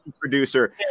producer